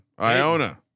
Iona